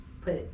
put